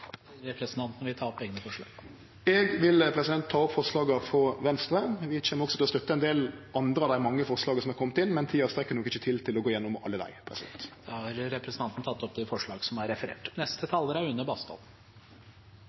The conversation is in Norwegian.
Eg vil ta opp forslaga frå Venstre. Vi kjem også til å støtte ein del av dei mange forslaga som er komne inn, men tida strekkjer ikkje til til å gå gjennom alle. Representanten Sveinung Rotevatn har tatt opp de forslagene han refererte til. Selv om vi alle håper at smitteverntiltakene snart skal bli historie, er